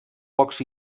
pocs